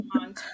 on